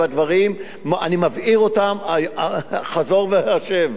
אני מבהיר את הדברים חזור והשב.